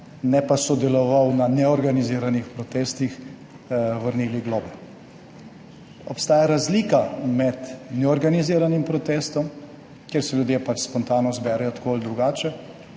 ne pa sodeloval na neorganiziranih protestih, vrnili globe. Obstaja razlika med na eni strani neorganiziranim protestom, kjer se ljudje pač spontano zberejo tako ali drugače,